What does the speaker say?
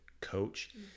coach